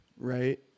right